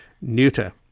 neuter